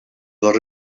les